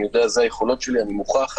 זה היכולות שלהן וזה מוכח.